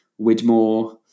Widmore